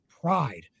pride